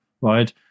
right